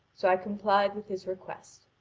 so i complied with his request.